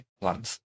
plants